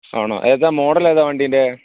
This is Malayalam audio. ആണോ ഏതാണ് മോഡലേതാണ് വണ്ടീൻ്റെ